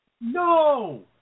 No